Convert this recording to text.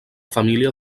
família